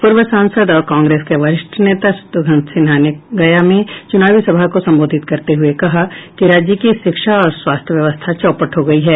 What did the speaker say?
पूर्व सांसद और कांग्रेस के वरिष्ठ नेता शत्रुघ्न सिन्हा ने गया में चुनावी सभा को संबोधित करते हुये कहा कि राज्य की शिक्षा और स्वास्थ्य व्यवस्था चौपट हो गयी है